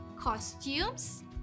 costumes